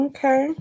Okay